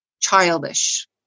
childish